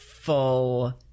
full